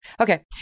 Okay